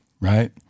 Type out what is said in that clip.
right